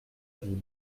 ville